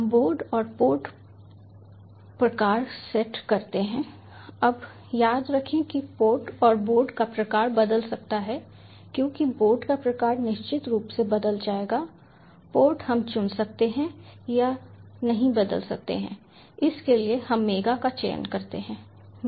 हम पोर्ट और बोर्ड प्रकार सेट करते हैं अब याद रखें कि पोर्ट और बोर्ड का प्रकार बदल सकता है क्योंकि बोर्ड का प्रकार निश्चित रूप से बदल जाएगा पोर्ट हम चुन सकते हैं या नहीं बदल सकते हैं इसके लिए हम मेगा का चयन करते हैं